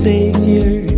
Savior